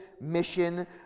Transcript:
mission